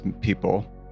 people